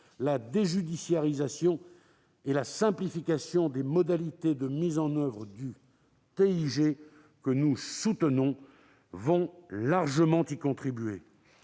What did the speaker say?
La déjudiciarisation et la simplification des modalités de mise en oeuvre du TIG, que nous soutenons, vont largement y contribuer.